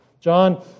John